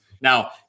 Now